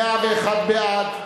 בעד,